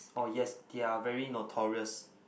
oh yes they are very notorious